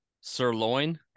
Sirloin